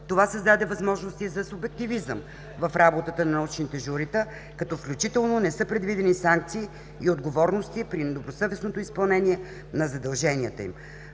Това създаде възможности за субективизъм в работата на научните журита като включително не са предвидени санкции и отговорности при недобросъвестното изпълнение на задълженията им.